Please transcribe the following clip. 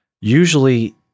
usually